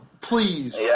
please